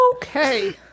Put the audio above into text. Okay